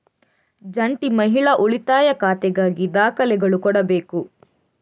ಜಂಟಿ ಮಹಿಳಾ ಉಳಿತಾಯ ಖಾತೆಗಾಗಿ ದಾಖಲೆಗಳು ಕೊಡಬೇಕು